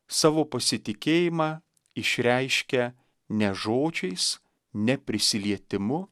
savo pasitikėjimą išreiškia ne žodžiais ne prisilietimu